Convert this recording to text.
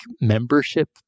membership